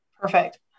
perfect